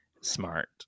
smart